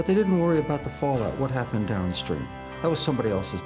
but they didn't worry about the fall of what happened downstream it was somebody else's